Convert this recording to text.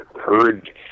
heard